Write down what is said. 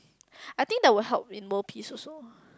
I think that would help in world peace also